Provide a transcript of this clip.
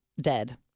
dead